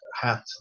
hat